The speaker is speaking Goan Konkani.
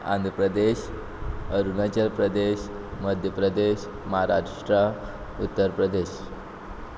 आंध्र प्रदेश अरुणाचल प्रदेश मध्य प्रदेश महाराष्ट्रा उत्तर प्रदेश